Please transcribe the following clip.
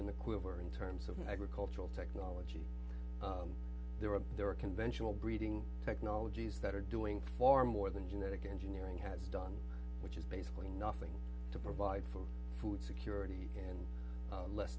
the quiver in terms of agricultural technology there are there are conventional breeding technologies that are doing far more than genetic engineering has done which is basically nothing to provide for food security and less